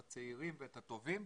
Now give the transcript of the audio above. את הצעירים ואת הטובים,